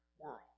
world